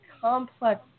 complex